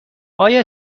آیا